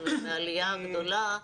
העלייה הגדולה,